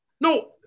No